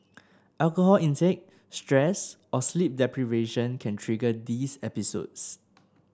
alcohol intake stress or sleep deprivation can trigger these episodes